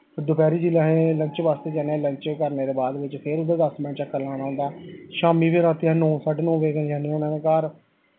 ते दपैह्री जिसलै अस लंच बास्तै जन्ने आं लंच करने दे बाद बिच्च फिर उत्थें दस मैंट्ट चक्कर लाना होंदा शाम्मी बी अस राती बी नौ साड्डे नौ बज़े कन्नै जन्ने होन्ने आं घर